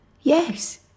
Yes